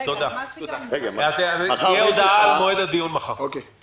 הישיבה ננעלה בשעה 15:54.